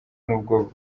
nubwo